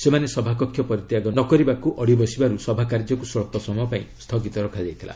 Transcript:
ସେମାନେ ସଭାକକ୍ଷ ପରିତ୍ୟାଗ ନ କରିବାକୁ ଅଡ଼ି ବସିବାରୁ ସଭାକାର୍ଯ୍ୟକୁ ସ୍ୱଚ୍ଚସମୟ ପାଇଁ ସ୍ଥଗିତ ରଖାଯାଇଥିଲା